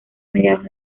mediados